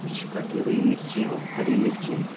کچھ کٹی ہوئی مرچیاں ہری مرچیں